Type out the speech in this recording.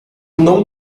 não